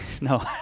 No